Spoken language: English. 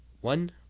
one